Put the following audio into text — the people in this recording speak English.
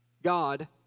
God